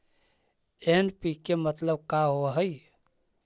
NPK मतलब का होव हइ?